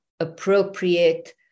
appropriate